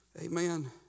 amen